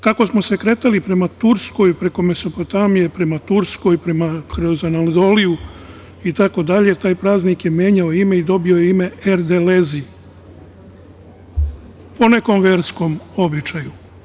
Kako smo se kretali prema Turskoj preko Mesopotamije, prema Turskoj, kroz Anadoliju itd, taj praznik je menjao ime i dobio ime "Erdelezi", po nekom verskom običaju.